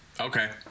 Okay